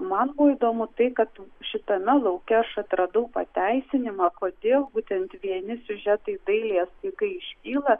man buvo įdomu tai kad šitame lauke aš atradau pateisinimą kodėl būtent vieni siužetai dailės tai kai iškyla